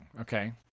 Okay